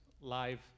live